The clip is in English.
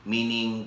Meaning